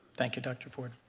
thank you, dr. ford.